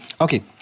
Okay